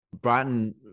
Brighton